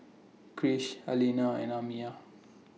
Krish Alina and Amiah